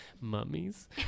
mummies